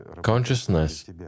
Consciousness